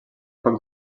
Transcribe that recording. poc